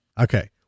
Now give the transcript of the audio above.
Okay